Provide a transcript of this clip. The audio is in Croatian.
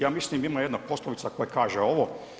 Ja mislim ima jedna poslovica koja kaže ovo.